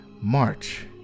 March